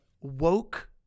woke